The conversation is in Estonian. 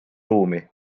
ruumi